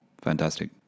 Fantastic